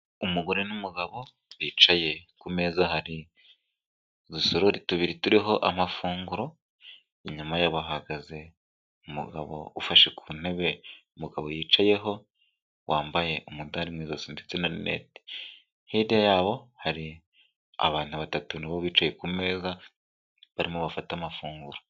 Umugore n'umugabo bicaye, ku meza hari udusorori tubiri turiho amafunguro, inyuma yabo hahagaze umugabo ufashe ku ntebe umugabo yicayeho, wambaye umudari mu ijosi ndetse na rinete. Hirya yabo hari abantu batatu na bo bicaye ku meza, barimo bafata amafunguro.